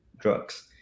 drugs